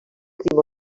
crim